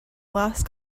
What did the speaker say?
lost